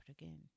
again